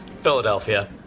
Philadelphia